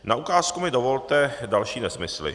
Na ukázku mi dovolte další nesmysly.